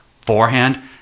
forehand